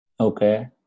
Okay